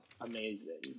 Amazing